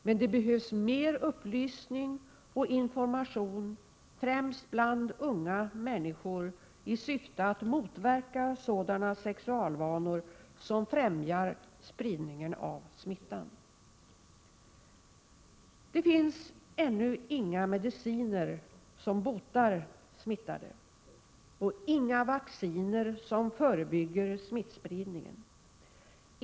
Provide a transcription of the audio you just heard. Men det behövs mer upplysning och information, främst bland unga människor, i syfte att motverka sådana sexualvanor som främjar spridningen av smittan. Det finns ännu inga mediciner som botar smittade och inga vacciner som förebygger smittspridningen.